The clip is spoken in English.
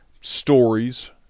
stories